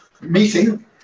meeting